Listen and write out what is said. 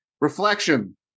Reflection